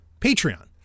Patreon